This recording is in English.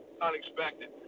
unexpected